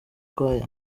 choir